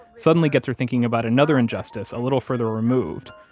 suddenly gets her thinking about another injustice a little further removed,